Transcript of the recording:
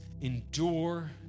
endure